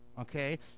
Okay